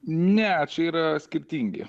ne čia yra skirtingi